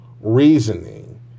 reasoning